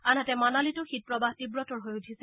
আনহাতে মানালিতো শীত প্ৰৱাহ তীৱতৰ হৈ উঠিছে